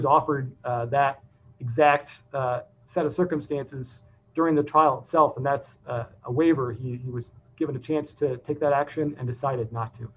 was offered that exact set of circumstances during the trial self and that's a waiver he was given a chance to take that action and decided not to